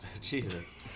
Jesus